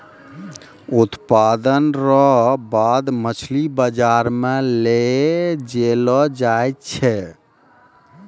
उत्पादन रो बाद मछली बाजार मे लै जैलो जाय छै